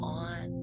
on